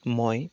মই